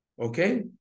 Okay